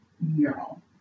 Mural